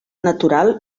natural